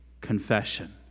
confession